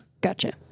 Gotcha